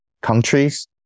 countries